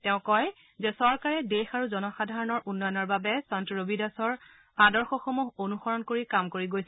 তেওঁ কয় যে চৰকাৰে দেশ আৰু জনসাধাৰণৰ উন্নয়নৰ বাবে সন্ত ৰবিদাসৰ আদৰ্শসমূহ অনুসৰণ কৰি কাম কৰি গৈছে